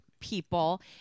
people